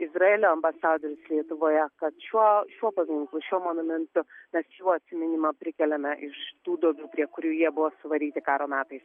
izraelio ambasadorius lietuvoje kad šiuo šiuo paminklu šiuo monumentu mes jų atsiminimą prikeliame iš tų duobių prie kurių jie buvo suvaryti karo metais